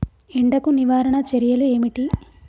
ఎండకు నివారణ చర్యలు ఏమిటి?